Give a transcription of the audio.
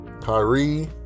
Kyrie